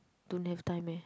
don't have time eh